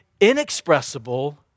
inexpressible